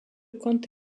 compte